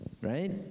right